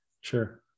sure